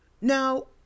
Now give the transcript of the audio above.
Now